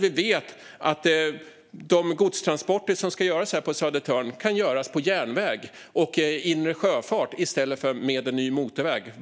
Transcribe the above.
Vi vet ju att de godstransporter som ska göras på Södertörn kan göras på järnväg och med inre sjöfart i stället för på en ny motorväg.